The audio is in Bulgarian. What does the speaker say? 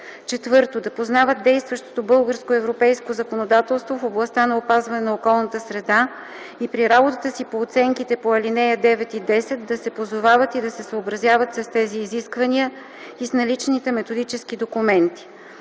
1 и 2; 4. да познават действащото българско и европейско законодателство в областта на опазване на околната среда и при работата си оценките по ал. 9 и 10 да се позовават и да се съобразяват с тези изисквания и с наличните методически документи;